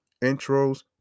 intros